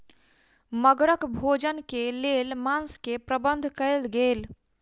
मगरक भोजन के लेल मांस के प्रबंध कयल गेल